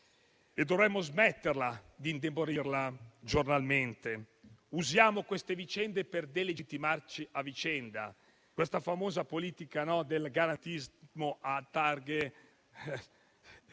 e dovremmo smettere di indebolirla giornalmente. Usiamo queste vicende per delegittimarci a vicenda mi riferisco alla famosa politica del garantismo a targhe